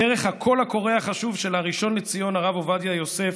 דרך הקול הקורא החשוב של הראשון לציון הרב עובדיה יוסף,